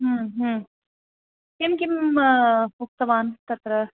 किं किं उक्तवान् तत्र